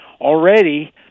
already